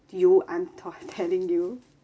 you i'm t~ telling you